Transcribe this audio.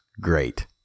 great